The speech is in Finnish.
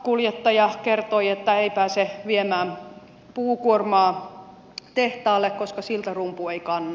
rekkakuljettaja kertoi että ei pääse viemään puukuormaa tehtaalle koska siltarumpu ei kanna